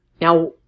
Now